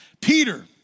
Peter